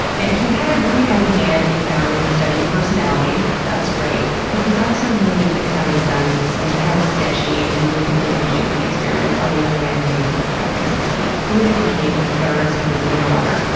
and he had a really heavy hand in founding the study of personality that's great but he's also noted as having done some hella sketchy, and maybe damaging, damaging, experiments on a young man named ted kaczynski, who later became a terrorist known as the unabomber.